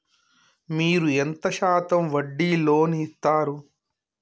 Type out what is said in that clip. మీరు ఎంత శాతం వడ్డీ లోన్ ఇత్తరు?